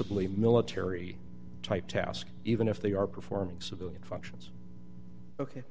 a military type task even if they are performing civilian functions ok